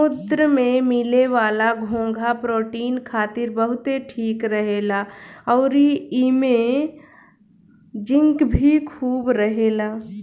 समुंद्र में मिले वाला घोंघा प्रोटीन खातिर बहुते ठीक रहेला अउरी एइमे जिंक भी खूब रहेला